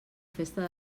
festa